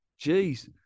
Jeez